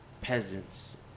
peasants